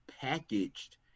packaged